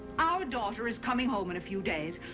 our daughter is coming home in a few days,